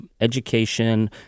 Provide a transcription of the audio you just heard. education